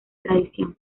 tradición